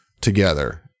together